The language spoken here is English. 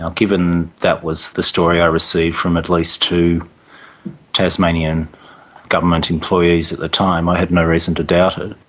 um given that was the story i received from at least two tasmanian government employees at the time, i had no reason to doubt it.